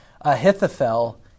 Ahithophel